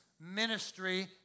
ministry